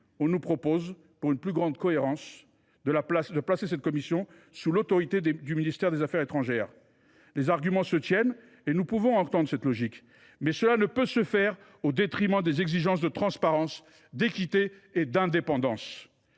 dans un souci de plus grande cohérence, on nous propose de placer cette commission sous l’autorité du ministre des affaires étrangères. Les arguments en ce sens se tiennent et nous pouvons entendre cette logique, mais cela ne saurait se faire au détriment des exigences de transparence, d’équité et d’indépendance.